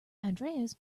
andreas